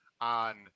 on